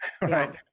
Right